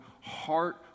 heart